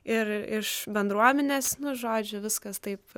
ir iš bendruomenės žodžiu viskas taip